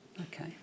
Okay